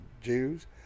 Jews